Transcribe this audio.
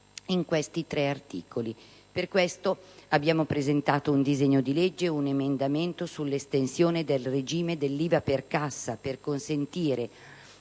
Per questo abbiamo presentato un disegno di legge e un emendamento sull'estensione del regime dell'IVA per cassa per consentire